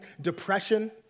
depression